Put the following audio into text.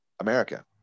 America